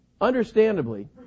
understandably